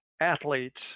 athletes